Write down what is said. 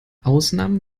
ausnahmen